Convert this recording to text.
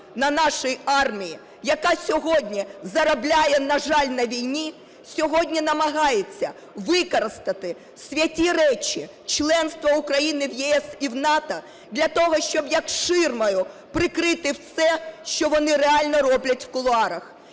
на нашій армії, яка сьогодні заробляє, на жаль, на війні, сьогодні намагається використати святі речі – членство України в ЄС і в НАТО, - для того, щоб, як ширмою, прикрити все, що вони реально роблять в кулуарах.